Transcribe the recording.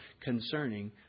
concerning